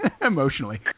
emotionally